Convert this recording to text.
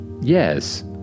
Yes